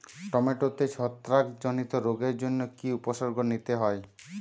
টমেটোতে ছত্রাক জনিত রোগের জন্য কি উপসর্গ নিতে হয়?